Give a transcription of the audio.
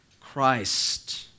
Christ